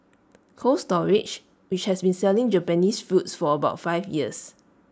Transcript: cold storage which has been selling Japanese fruits for about five years